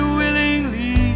willingly